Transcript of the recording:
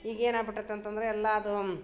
ಈಗ ಏನು ಆಗ್ಬಿಟ್ಟೈತೆ ಅಂತ ಅಂದ್ರೆ ಎಲ್ಲ ಅದು